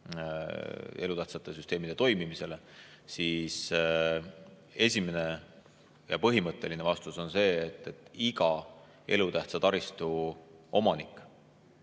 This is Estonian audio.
elutähtsate süsteemide toimimisele. Esimene ja põhimõtteline vastus on see, et iga elutähtsa taristu omanik